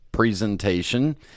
presentation